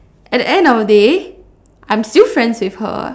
at the end of the day I am still friends with her